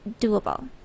doable